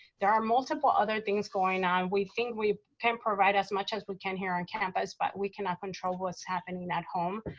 there are multiple other things going on. we think we can provide as much as we can here on campus, but we cannot control what's happening at home.